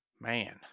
man